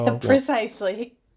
Precisely